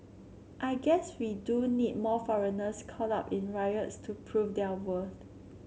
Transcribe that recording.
I guess we do need more foreigners caught up in riots to prove their worth